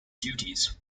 duties